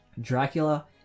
Dracula